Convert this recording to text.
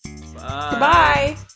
Goodbye